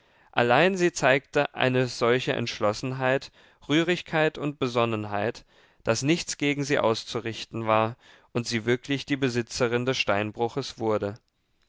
allein sie zeigte eine solche entschlossenheit rührigkeit und besonnenheit daß nichts gegen sie auszurichten war und sie wirklich die besitzerin des steinbruches wurde